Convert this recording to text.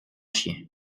chien